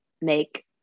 make